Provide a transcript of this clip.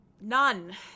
none